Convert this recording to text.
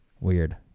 weird